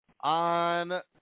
on